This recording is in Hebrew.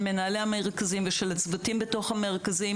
של מנהלי המרכזים ושל הצוותים בתוך המרכזים,